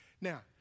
Now